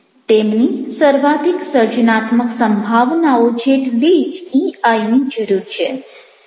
તેમની સર્વાધિક સર્જનાત્મક સંભાવનાઓ જેટલી જ ઇઆઈની જરૂર છે